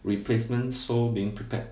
replacement sole being prepared